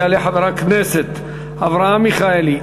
יעלה חבר הכנסת אברהם מיכאלי.